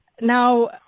Now